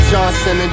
Johnson &